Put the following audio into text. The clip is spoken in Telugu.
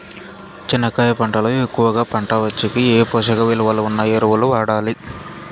చెనక్కాయ పంట లో ఎక్కువగా పంట వచ్చేకి ఏ పోషక విలువలు ఉన్న ఎరువులు వాడాలి?